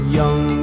young